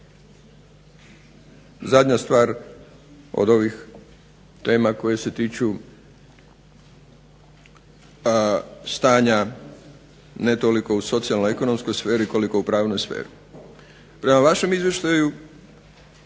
Zadnja stvar od ovih tema koje se tiču stanja ne toliko u socijalno-ekonomskoj sferi koliko u pravnoj sferi. Prema vašem izvještaju